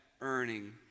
earning